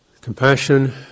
Compassion